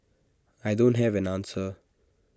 I don't have an answer